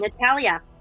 natalia